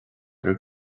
bhur